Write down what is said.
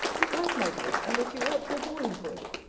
it has, my dear and that you ought to abhor him for it.